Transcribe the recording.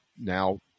now